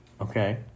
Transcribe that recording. Okay